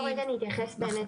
אז בואו רגע נתייחס באמת.